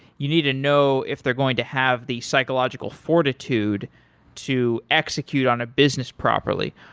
you need to know if they're going to have the psychological fortitude to execute on a business properly.